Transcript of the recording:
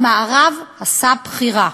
המערב עשה בחירה,